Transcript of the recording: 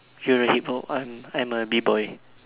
you're a Hip-hop I'm I'm a B-boy